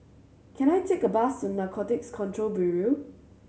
can I take a bus to Narcotics Control Bureau